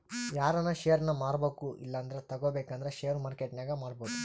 ಯಾರನ ಷೇರ್ನ ಮಾರ್ಬಕು ಇಲ್ಲಂದ್ರ ತಗಬೇಕಂದ್ರ ಷೇರು ಮಾರ್ಕೆಟ್ನಾಗ ಮಾಡ್ಬೋದು